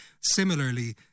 Similarly